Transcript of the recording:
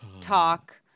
talk